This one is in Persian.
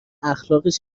اخلاقش